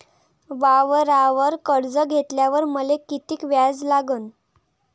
वावरावर कर्ज घेतल्यावर मले कितीक व्याज लागन?